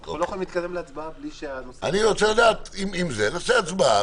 אנחנו לא יכולים להתקדם להצבעה בלי שהנושא --- נעשה הצבעה,